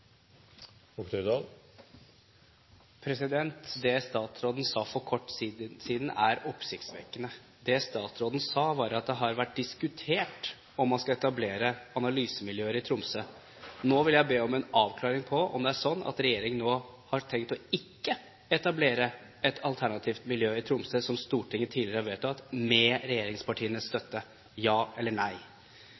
gong. Det statsråden sa for kort tid siden, er oppsiktsvekkende. Det statsråden sa, var at det har vært diskutert om man skal etablere analysemiljøer i Tromsø. Nå vil jeg be om en avklaring på om regjeringen nå har tenkt å ikke etablere et alternativt miljø i Tromsø, slik Stortinget tidligere har vedtatt – med regjeringspartienes